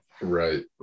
right